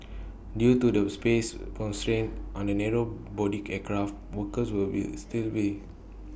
due to the space constraints on the narrow body aircraft workers will still be